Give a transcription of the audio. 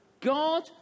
God